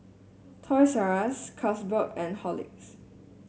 Toys R Us Carlsberg and Horlicks